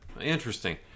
Interesting